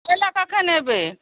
लै लए कखन अयबै